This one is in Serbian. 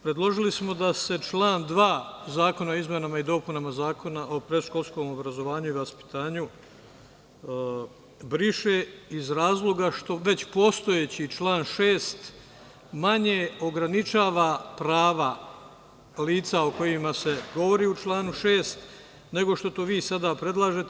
Predložili smo da se član 2. Zakona o izmenama i dopunama Zakona o predškolskom obrazovanju i vaspitanju briše, iz razloga što već postojeći član 6. manje ograničava prava lica o kojima se govori u članu 6. nego što to vi sada predlažete.